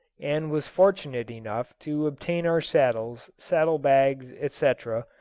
and was fortunate enough to obtain our saddles, saddle-bags, etc,